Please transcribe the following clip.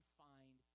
find